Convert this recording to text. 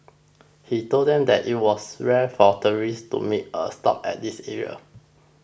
he told them that it was rare for tourists to make a stop at this area